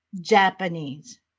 Japanese